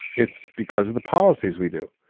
it's because of the policies we do,